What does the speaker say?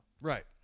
Right